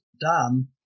done